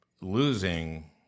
losing